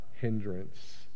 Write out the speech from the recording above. hindrance